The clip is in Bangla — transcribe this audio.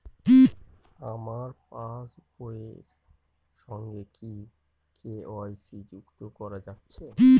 আমার পাসবই এর সঙ্গে কি কে.ওয়াই.সি যুক্ত করা আছে?